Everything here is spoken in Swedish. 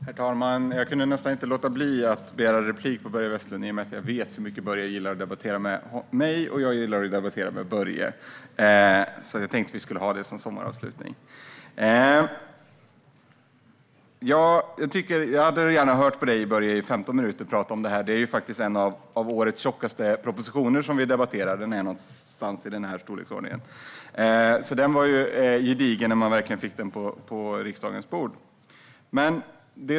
Herr talman! Jag kunde inte låta bli att begära replik på Börje Vestlund i och med att jag vet hur mycket Börje gillar att debattera med mig och jag med honom, så jag tänkte att vi skulle ha detta replikskifte som sommaravslutning. Jag hade gärna hört dig, Börje, i 15 minuter prata om detta. Det är ju faktiskt en av årets tjockaste propositioner som vi nu debatterar, så det var en gedigen proposition som vi fick på riksdagens bord.